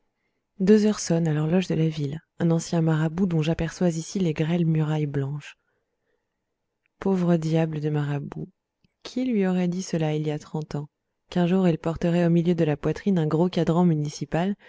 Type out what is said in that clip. deux heures sonnent à l'horloge de la ville un ancien marabout dont j'aperçois d'ici les grêles murailles blanches pauvre diable de marabout qui lui aurait dit cela il y a trente ans qu'un jour il porterait au milieu de la poitrine un gros cadran municipal